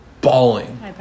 bawling